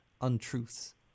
untruths